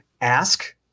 ask